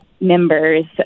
members